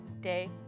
Day